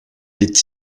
est